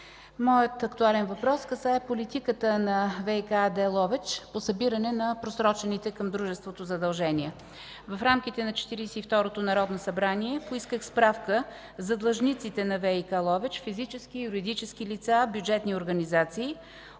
Моят актуален въпрос касае политиката на „ВиК” АД – Ловеч, по събиране на просрочените към дружеството задължения. В рамките на Четиридесет и второто народно събрание поисках справка за длъжниците на „ВиК” – Ловеч, физически, юридически лица, бюджетни организации.